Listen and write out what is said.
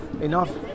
enough